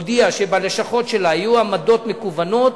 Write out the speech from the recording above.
שבלשכות שלה יהיו עמדות מקוונות